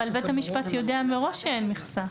אבל בית המשפט יודע מראש שאין מכסה.